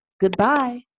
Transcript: Goodbye